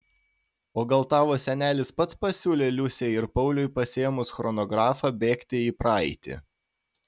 o gal tavo senelis pats pasiūlė liusei ir pauliui pasiėmus chronografą bėgti į praeitį